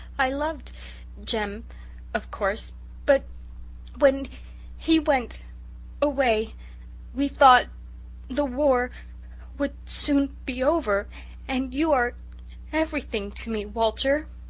i loved jem of course but when he went away we thought the war would soon be over and you are everything to me, walter.